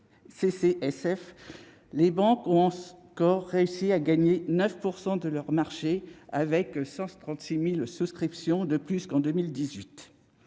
les banques ont encore réussi à gagner 9 % de parts de marché, avec 136 000 souscriptions de plus qu'en 2018.